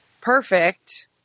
perfect